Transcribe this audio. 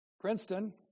Princeton